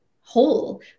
whole